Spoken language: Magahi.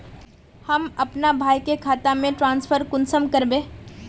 हम अपना भाई के खाता में ट्रांसफर कुंसम कारबे?